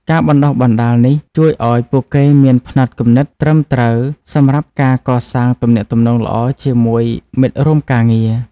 ការបណ្តុះបណ្តាលនេះជួយឱ្យពួកគេមានផ្នត់គំនិតត្រឹមត្រូវសម្រាប់ការកសាងទំនាក់ទំនងល្អជាមួយមិត្តរួមការងារ។